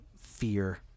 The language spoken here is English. fear